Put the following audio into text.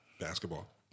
basketball